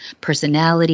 personality